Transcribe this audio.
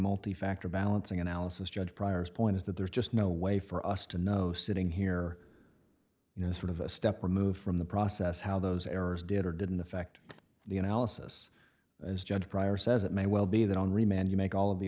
multi factor balancing analysis judge prior's point is that there's just no way for us to know sitting here you know sort of a step removed from the process how those errors did or didn't affect the analysis as judge prior says it may well be that on remand you make all of the